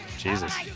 Jesus